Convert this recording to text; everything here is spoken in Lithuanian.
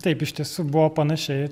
taip iš tiesų buvo panašiai